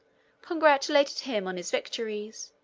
congratulating him on his victories,